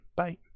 bye